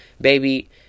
Baby